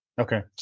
Okay